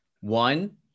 One